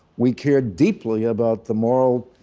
we care deeply about the moral